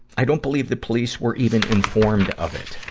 i don't believe the police were even informed of it.